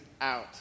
out